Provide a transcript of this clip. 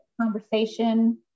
conversation